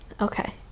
okay